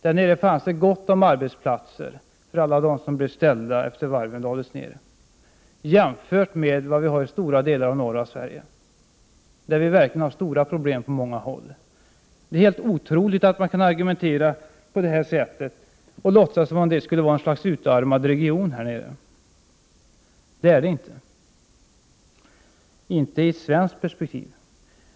Där nere fanns det gott om arbetsplatser för alla dem som blev friställda efter det att varven lades ned jämfört med vad vi har i fråga om arbetstillfällen i stora delar av norra Sverige. Där har vi verkligen stora problem på många håll. Det är helt otroligt att man kan argumentera på det här sättet och låtsas att Malmöområdet skulle vara något slags utarmad region. Det är det inte i ett svenskt perspektiv.